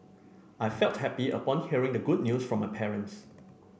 I felt happy upon hearing the good news from my parents